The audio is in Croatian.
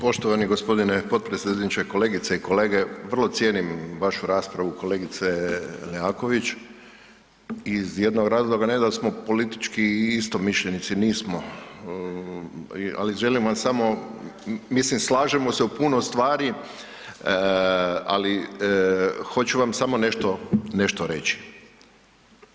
Poštovani gospodine potpredsjedniče, kolegice i kolege vrlo cijenim vašu raspravu kolegice Leaković iz jednog razloga, ne da smo politički istomišljenici, nismo, ali želim vam samo, mislim slažemo se u puno stvari, ali hoću vam samo nešto, nešto reći.